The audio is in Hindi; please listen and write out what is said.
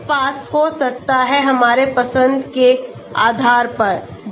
तो हमारे पास हो सकता है हमारे पसंद के आधार पर